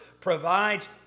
provides